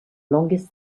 longest